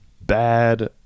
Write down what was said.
bad